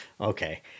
okay